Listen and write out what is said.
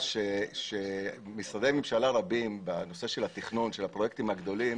העובדה שמשרדי ממשלה רבים בנושא של התכנון של הפרויקטים הגדולים